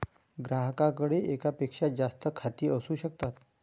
ग्राहकाकडे एकापेक्षा जास्त खाती असू शकतात